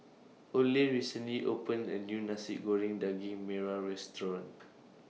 Oley recently opened A New Nasi Goreng Daging Merah Restaurant